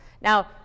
Now